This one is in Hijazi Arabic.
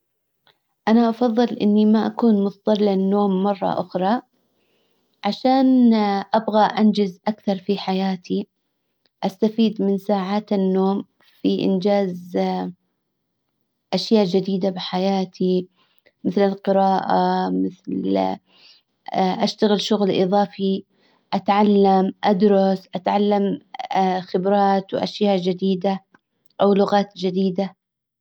انا افضل اني ما اكون مضطرة للنوم مرة اخرى. عشان ابغى انجز اكثر في حياتي. استفيد من ساعات النوم في انجاز اشياء جديدة بحياتي. مثل القراءة مثل اشتغل شغل اضافي اتعلم ادرس اتعلم خبرات واشياء جديدة او لغات جديدة.